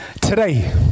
today